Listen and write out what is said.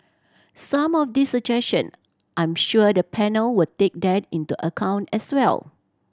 some of these suggestion I'm sure the panel will take that into account as well